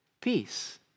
peace